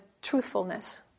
Truthfulness